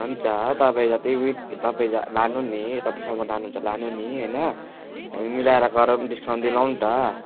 हुन्छ तपाईँ जति वि तपाईँ लानु नि कतिसम्म लानु हुन्छ लानु नि होइन हामी मिलाएर गरौँ डिस्काउन्ट दिलाऔँ न त